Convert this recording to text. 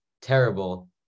terrible